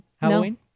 Halloween